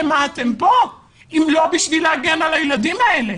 למה אתם כאן אם לא בשביל להגן על הילדים האלה?